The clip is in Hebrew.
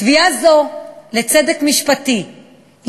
תביעה זו לצדק משפטי,